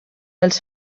els